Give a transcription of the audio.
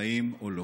חיים או לא.